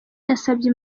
yasabye